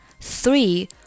three